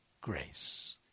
grace